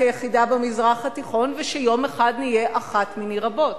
היחידה במזרח התיכון ושיום אחד נהיה אחת מני רבות,